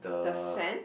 the sand